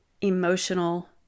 emotional